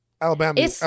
Alabama